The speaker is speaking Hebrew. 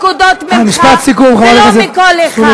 ולא נקבל פקודות לא ממך ולא מאף אחד.